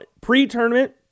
pre-tournament